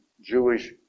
Jewish